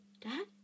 Dad